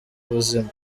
ubuzima